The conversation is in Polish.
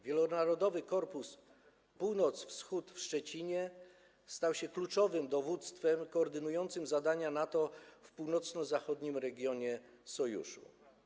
Wielonarodowy Korpus Północno-Wschodni w Szczecinie stał się kluczowym dowództwem koordynującym zadania NATO w północno-zachodnim regionie Sojuszu.